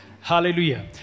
Hallelujah